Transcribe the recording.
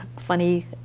funny